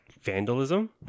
vandalism